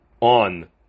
on